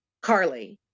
Carly